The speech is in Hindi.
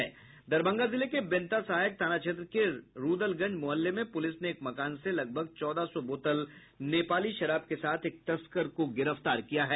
दरभंगा जिले के बेंता सहायक थाना क्षेत्र के रूदलगंज मुहल्ले में पुलिस ने एक मकान से लगभग चौदह सौ बोतल नेपाली शराब के साथ एक तस्कर को गिरफ्तार किया है